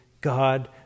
god